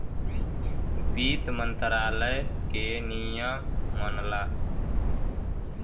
वित्त मंत्रालय के नियम मनला